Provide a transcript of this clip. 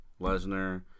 Lesnar